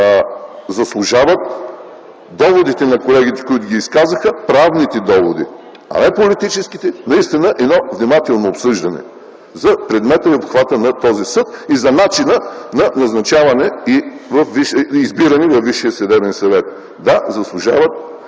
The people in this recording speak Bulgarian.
те заслужават – след доводите на колегите, които ги изказаха, правните доводи, а не политическите – наистина, едно внимателно обсъждане за предмета и обхвата на този съд, и за начина на назначаване и избиране във Висшия съдебен съвет. Да, заслужават